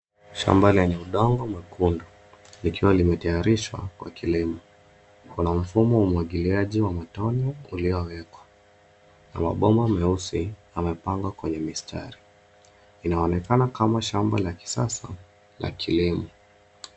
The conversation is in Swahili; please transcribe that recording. Shamba lenye udongo mwekundu likiwa limetayarishwa kwa kilimo. Kuna mfumo wa umwagiliaji wa matone uliowekwa na mabomba meusi yamepangwa kwenye mistari. Inaonekana kama shamba la kisasa la kilimo.